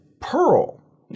pearl